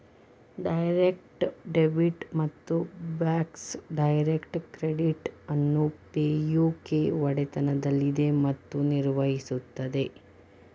direct debit ಮತ್ತು Bacs direct credit ಅನ್ನು Pay U K ಒಡೆತನದಲ್ಲಿದೆ ಮತ್ತು ನಿರ್ವಹಿಸುತ್ತದೆ